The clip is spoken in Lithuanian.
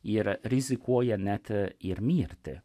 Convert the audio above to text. ir rizikuoja net ir mirti